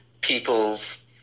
people's